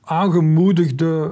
aangemoedigde